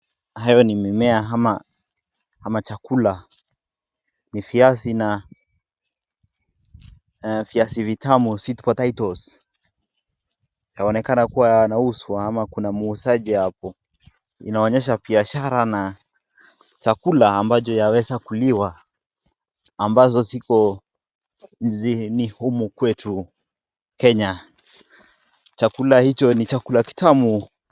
Hayo ni mimea ama chakula, ni viazi na viazi vitamu sweet potatoes ,yanaonekana kuwa yanauzwa ama kuna muuzaji hapo. Inaonyesha biashara na chakula ambacho yaweza kuliwa ambazo ziko humu kwetu Kenya .Chakula hicho ni chakula kitamu.